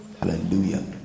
hallelujah